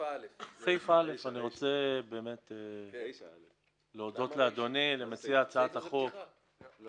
אני רוצה להודות לכם על הכוונות הטובות לייתר את הכרזת המסים (גבייה)